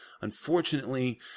Unfortunately